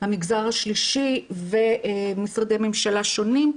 המגזר השלישי ומשרדי ממשלה שונים,